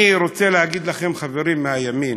אני רוצה להגיד לכם, חברים מהימין,